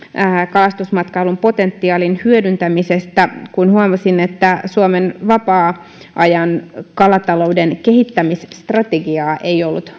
kalastusmatkailun potentiaalin hyödyntämisestä kun huomasin että suomen vapaa ajan kalatalouden kehittämisstrategiaa ei ollut